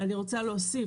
אני רוצה להוסיף,